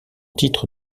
titre